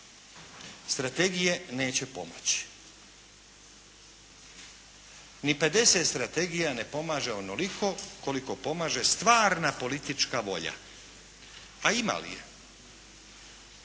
strategije neće pomoći. Ni 50 strategija ne pomaže onoliko koliko pomaže stvarna politička volja, a ima li je?